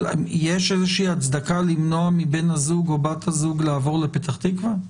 אבל יש איזושהי הצדקה למנוע מבן הזוג או בת הזוג לעבור לפתח תקווה?